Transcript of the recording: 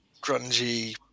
grungy